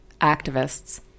activists